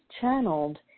channeled